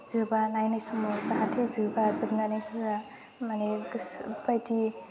जोबा नायनाय समाव जाहाथे जोबा जोबनानै होआ माने गोसो बायदि